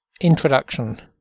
Introduction